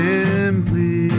Simply